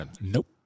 Nope